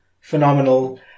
phenomenal